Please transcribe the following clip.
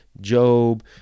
Job